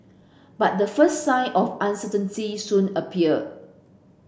but the first sign of uncertainty soon appeared